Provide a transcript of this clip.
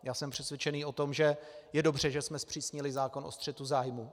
Já jsem přesvědčený o tom, že je dobře, že jsme zpřísnili zákon o střetu zájmů.